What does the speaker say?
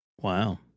wow